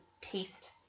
taste